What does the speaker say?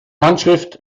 handschrift